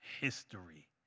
history